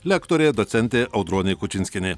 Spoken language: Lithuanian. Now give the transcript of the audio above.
lektorė docentė audronė kučinskienė